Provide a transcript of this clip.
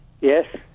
yes